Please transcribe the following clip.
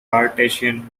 cartesian